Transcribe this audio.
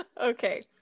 okay